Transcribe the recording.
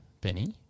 Benny